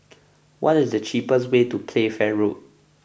what is the cheapest way to Playfair Road